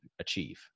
achieve